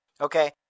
Okay